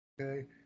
Okay